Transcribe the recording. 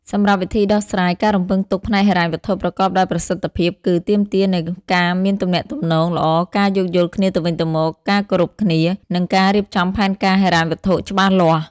សម្រាប់វិធីដោះស្រាយការរំពឹងទុកផ្នែកហិរញ្ញវត្ថុប្រកបដោយប្រសិទ្ធភាពគឺ ទាមទារនូវការមានទំនាក់ទំនងល្អ ការយោគយល់គ្នាទៅវិញទៅមក ការគោរពគ្នា និងការរៀបចំផែនការហិរញ្ញវត្ថុច្បាស់លាស់។